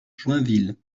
joinville